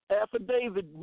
affidavit